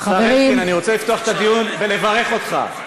אני רוצה לפתוח את הדיון בלברך אותך.